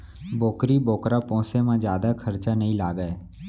बोकरी बोकरा पोसे म जादा खरचा नइ लागय